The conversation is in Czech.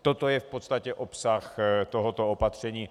Toto je v podstatě obsah tohoto opatření.